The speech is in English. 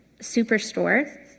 superstore